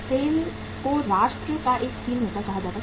cell को राष्ट्र के लिए स्टीलमेकर कहा जाता था